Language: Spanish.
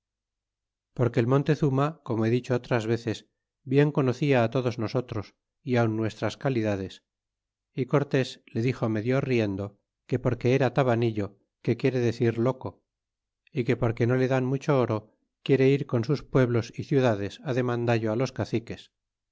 porque el montezuma como he dicho otras veces bien conocía todos nosotros y aun nuestras calidades y cortés le dixo medio riendo que porque era tabanillo que quiere decir loco y que porque no le dan mucho oro quiere ir por sus pueblos y ciudades deníandallo u los caciques